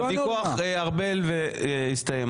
הוויכוח, ארבל, הסתיים.